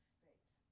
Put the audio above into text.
faith